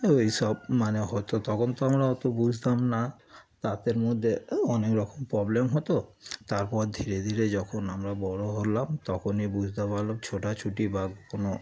ওই সব মানে হতো তখন তো আমরা অত বুঝতাম না দাঁতের মধ্যে অনেক রকম প্রবলেম হতো তারপর ধীরে ধীরে যখন আমরা বড় হলাম তখনই বুঝতে পারলাম ছোটাছুটি বা কোনো